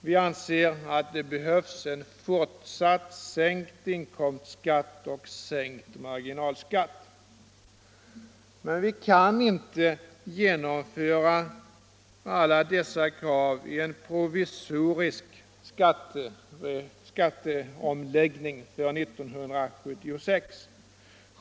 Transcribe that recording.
Vi anser att det behövs en fortsatt sänkning av inkomstskatt och marginalskatt. Men vi kan inte genomföra alla dessa krav i en provisorisk skatteomläggning för 1976.